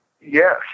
Yes